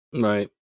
Right